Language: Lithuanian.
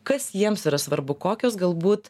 kas jiems yra svarbu kokios galbūt